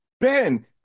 Ben